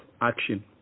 action